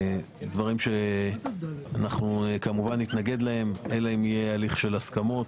דברים שנתנגד להם כמובן אלא אם יהיה הליך הסכמות.